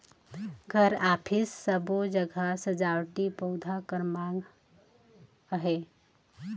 घर, अफिस सबो जघा सजावटी पउधा कर माँग अहे